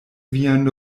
vian